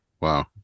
Wow